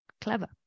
Clever